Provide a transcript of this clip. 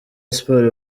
sports